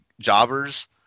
jobbers